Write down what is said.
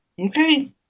Okay